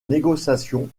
négociation